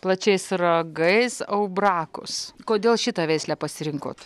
plačiais ragais aubrakus kodėl šitą veislę pasirinkot